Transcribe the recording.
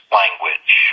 language